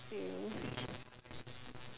um